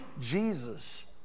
Jesus